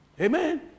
Amen